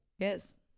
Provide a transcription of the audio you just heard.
Yes